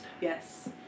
Yes